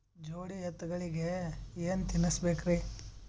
ಜೋಡಿ ಎತ್ತಗಳಿಗಿ ಏನ ತಿನಸಬೇಕ್ರಿ?